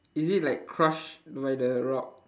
is it like crushed by the rock